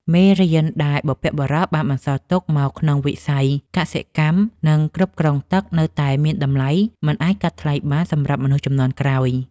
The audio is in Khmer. មេរៀនដែលបុព្វបុរសបានបន្សល់ទុកមកក្នុងវិស័យកសិកម្ម និងគ្រប់គ្រងទឹកនៅតែមានតម្លៃមិនអាចកាត់ថ្លៃបានសម្រាប់មនុស្សជំនាន់ក្រោយ។